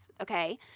okay